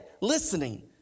listening